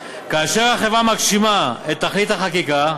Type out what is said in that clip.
כאשר החברה מגשימה את תכלית החקיקה,